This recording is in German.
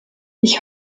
ich